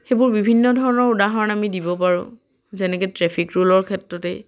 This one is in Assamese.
সেইবোৰ বিভিন্ন ধৰণৰ উদাহৰণ আমি দিব পাৰোঁ যেনেকে ট্ৰেফিক ৰুলৰ ক্ষেত্ৰতেই